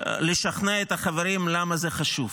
לשכנע את החברים למה זה חשוב.